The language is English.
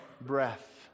breath